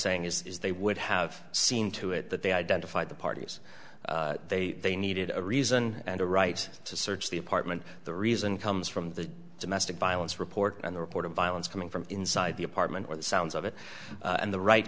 saying is they would have seen to it that they identified the parties they they needed a reason and a right to search the apartment the reason comes from the domestic violence report and the report of violence coming from inside the apartment or the sounds of it and the right